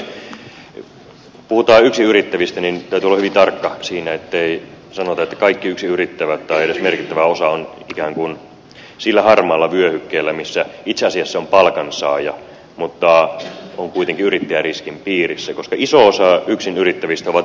kun puhutaan yksin yrittävistä niin täytyy olla hyvin tarkka siinä ettei sanota että kaikki yksin yrittävät tai edes merkittävä osa on ikään kuin sillä harmaalla vyöhykkeellä missä itse asiassa on palkansaaja mutta on kuitenkin yrittäjäriskin piirissä koska iso osa yksin yrittävistä on mielellään yrittäjiä